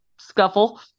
scuffle